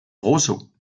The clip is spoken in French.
roseaux